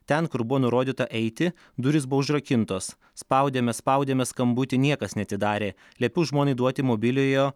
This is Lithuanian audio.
ten kur buvo nurodyta eiti durys buvo užrakintos spaudėme spaudėme skambutį niekas neatidarė liepiau žmonai duoti mobiliojo